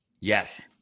Yes